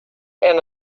and